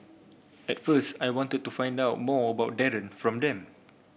at first I wanted to find out more about Darren from them